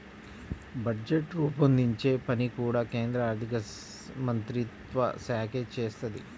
budget రూపొందించే పని కూడా కేంద్ర ఆర్ధికమంత్రిత్వశాఖే చేత్తది